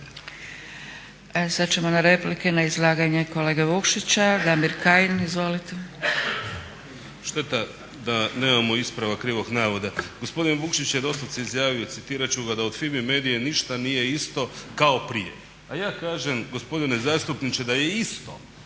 Sada ćemo na replike na izlaganje kolege Vukšića. Damir Kajin, izvolite. **Kajin, Damir (ID - DI)** Šteta da nemamo ispravak krivog navoda. Gospodin Vukšić je doslovce izjavio, citirat ću ga "da od FIMI Medije ništa nije isto kao prije", a ja kažem gospodine zastupniče da je isto,